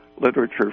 literature